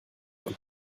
und